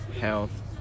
health